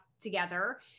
together